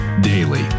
Daily